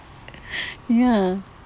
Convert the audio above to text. ya